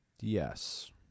Yes